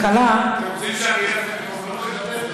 שיתקתם את המיקרופונים כבר?